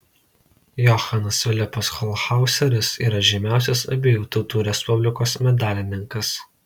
johanas filipas holchauseris yra žymiausias abiejų tautų respublikos medalininkas